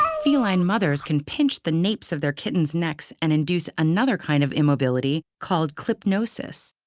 feline mothers can pinch the napes of their kittens' necks and induce another kind of immobility called clipnosis.